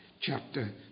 chapter